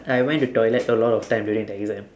I went to toilet a lot of times during the exam